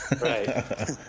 right